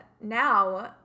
now